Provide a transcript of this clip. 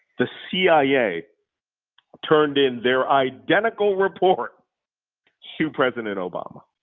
the cia turned in their identical report to president obama,